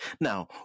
Now